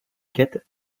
quête